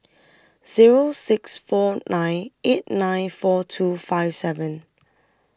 Zero six four nine eight nine four two five seven